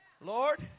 Lord